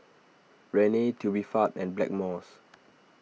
Rene Tubifast and Blackmores